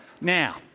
Now